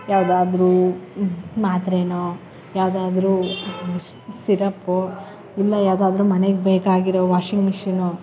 ಯಾವುದಾದ್ರೂ ಮಾತ್ರೆಯೋ ಯಾವುದಾದ್ರೂ ಸಿರಪೋ ಇಲ್ಲ ಯಾವುದಾದ್ರು ಮನೆಗೆ ಬೇಕಾಗಿರೊ ವಾಶಿಂಗ್ ಮಿಷಿನೋ